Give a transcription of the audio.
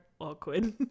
awkward